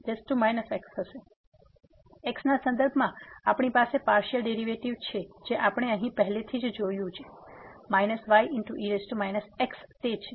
તેથી x ના સંદર્ભમાં આપણી પાસે પાર્સીઅલ ડેરીવેટીવ છે જે આપણે અહીં પહેલેથી જ જોયું જે ye x છે